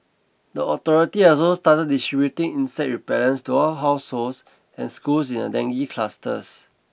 the authority has also started distributing insect repellents to all households and schools in a dengue clusters